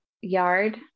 yard